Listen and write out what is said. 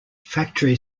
factory